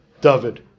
David